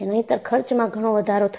નહિંતર ખર્ચમાં ઘણો વધારો થશે